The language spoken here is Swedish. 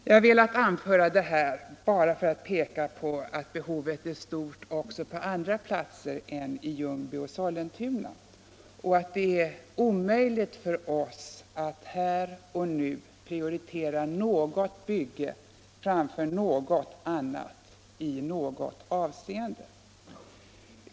Jag har velat anföra detta för att peka på att behovet är stort även på andra platser än i Ljungby och i Sollentuna och att det är omöjligt för oss att här och nu prioritera ett bygge framför ett annat i något avseende.